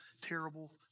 terrible